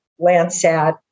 Landsat